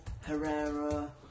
Herrera